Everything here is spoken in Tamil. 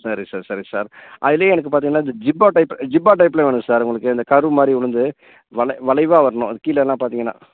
சரி சார் சரி சார் அதில் எனக்கு பார்த்தீங்கன்னா இந்த ஜிப்பா டைப் ஜிப்பா டைப்பில் வேணும் சார் உங்களுக்கு இதை கர்வு மாதிரி உழுந்து வளை வளைவாக வரணும் அது கீழெல்லாம் பார்த்தீங்கன்னா